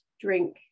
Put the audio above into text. drink